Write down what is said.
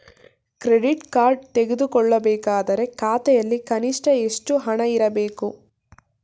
Credit card ತೆಗೆದುಕೊಳ್ಳಬೇಕಾದರೆ ಖಾತೆಯಲ್ಲಿ ಕನಿಷ್ಠ ಎಷ್ಟು ಹಣ ಇರಬೇಕು?